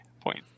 point